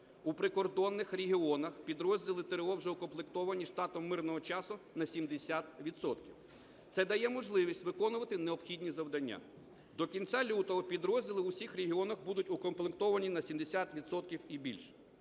У прикордонних регіонах підрозділі ТрО вже укомплектовані штатом мирного часу на 70 відсотків, це дає можливість виконувати необхідні завдання. До кінця лютого підрозділи в усіх регіонах будуть укомплектовані на 70 відсотків